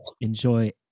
Enjoy